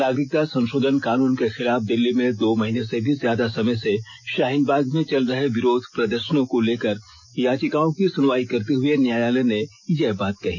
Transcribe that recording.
नागरिकता संशोधन कानून के खिलाफ दिल्ली में दो महीने से भी ज्यादा समय से शाहीन बाग में चल रहे विरोध प्रदर्शनों को लेकर याचिकाओं की सुनवाई करते हुए न्यायालय ने यह बात कही